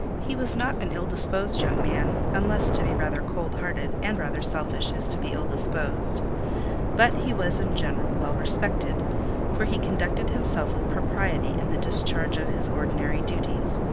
he was not an ill-disposed young man, unless to be rather cold hearted and rather selfish is to be ill-disposed but he was, in general, well respected for he conducted himself with propriety in the discharge of his ordinary duties.